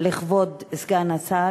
לכבוד סגן השר?